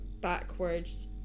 backwards